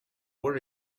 what